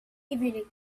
evening